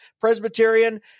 Presbyterian